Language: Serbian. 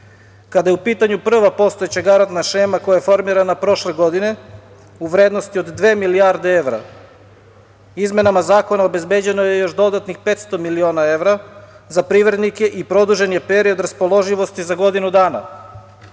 Kada je u pitanju prva postojeća garantna šema koja je formirana prošle godine u vrednosti od dve milijarde evra, izmenama zakona obezbeđeno je još dodatnih 500 miliona evra za privrednike i produžen je period raspoloživosti za godinu dana. Samo